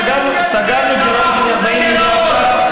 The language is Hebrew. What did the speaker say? סגרנו גירעון של 40 מיליארד ש"ח.